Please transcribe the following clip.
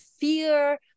fear